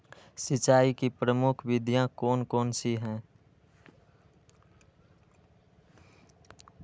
सिंचाई की प्रमुख विधियां कौन कौन सी है?